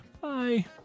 bye